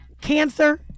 cancer